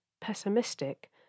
pessimistic